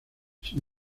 sin